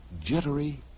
jittery